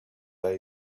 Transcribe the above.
other